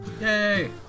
yay